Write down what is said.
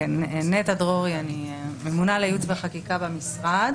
אני ממונה על הייעוץ והחקיקה במשרד